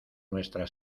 nuestra